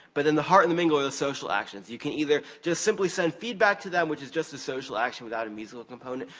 but in the heart and the mingle are the social actions. you can either just simply send feedback to them, which is just a social action without a musical component.